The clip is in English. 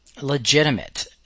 Legitimate